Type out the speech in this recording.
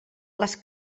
les